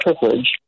privilege